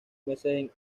meses